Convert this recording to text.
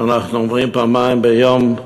שאנחנו אומרים פעמיים ביום: